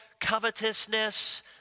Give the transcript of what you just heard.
covetousness